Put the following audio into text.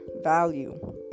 value